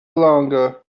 longer